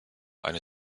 eine